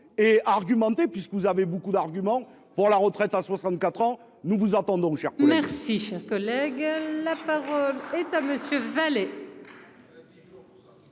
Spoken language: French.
et argumenter puisque vous avez beaucoup d'arguments pour la retraite à 64 ans. Nous vous entendons. Merci, cher collègue, la parole est à monsieur Vallée.